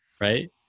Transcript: Right